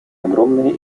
огромные